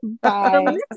Bye